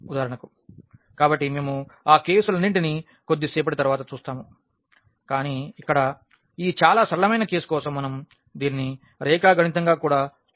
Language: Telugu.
ఉదాహరణకు మేము ఆ కేసులన్నింటినీ కొద్దిసేపటి తరువాత చూస్తాము కాని ఇక్కడ ఈ చాలా సరళమైన కేసు కోసం మనం దీనిని రేఖాగణితం కోణం నుంచి కూడా చూడవచ్చు